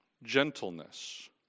Gentleness